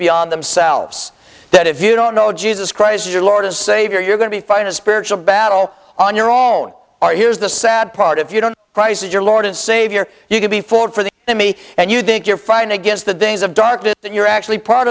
beyond themselves that if you don't know jesus christ as your lord and savior you're going to find a spiritual battle on your own or here's the sad part if you don't rise as your lord and savior you can be food for the me and you think you're fighting against the days of darkness that you're actually part